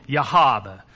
Yahab